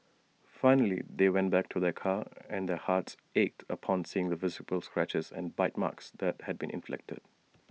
finally they went back to their car and their hearts ached upon seeing the visible scratches and bite marks that had been inflicted